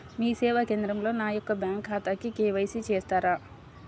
మీ సేవా కేంద్రంలో నా యొక్క బ్యాంకు ఖాతాకి కే.వై.సి చేస్తారా?